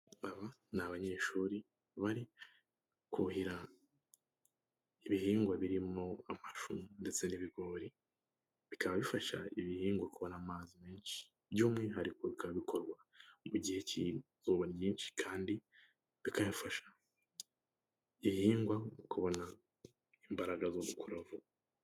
Aba ni abanyeshuri bari kuhira ibihingwa birimo amashu ndetse n'ibigori, bikaba bifasha ibihingwa kubona amazi menshi, by'umwihariko bikaba bikorwa mu gihe cy'zuba ryinshi, kandi bikanafasha igihingwa no kubona imbaraga zokura vuba.